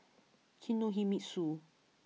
Kinohimitsu